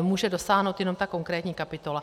může dosáhnout jenom ta konkrétní kapitola.